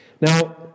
Now